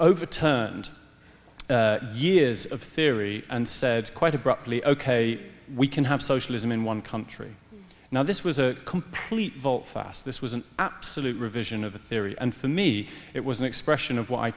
overturned years of theory and said quite abruptly ok we can have socialism in one country now this was a complete fast this was an absolute revision of the theory and for me it was an expression of wh